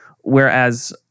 whereas